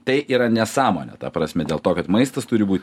tai yra nesąmonė ta prasme dėl to kad maistas turi būt